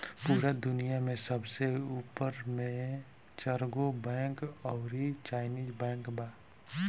पूरा दुनिया में सबसे ऊपर मे चरगो बैंक अउरी चाइनीस बैंक बा